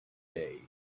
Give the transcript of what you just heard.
day